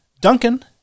Duncan